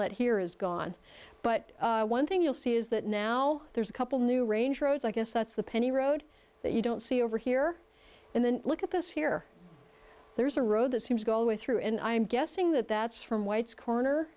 let here is gone but one thing you'll see is that now there's a couple new range roads i guess that's the penny road that you don't see over here and then look at this here there's a road that seems go way through and i'm guessing that that's from white's